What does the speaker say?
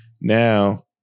Now